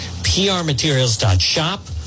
prmaterials.shop